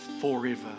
forever